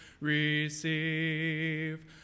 receive